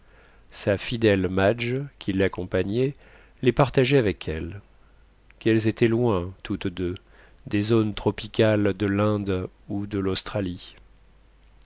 sa fidèle madge qui l'accompagnait les partageait avec elle qu'elles étaient loin toutes deux des zones tropicales de l'inde ou de l'australie